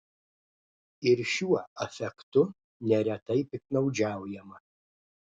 ir šiuo afektu neretai piktnaudžiaujama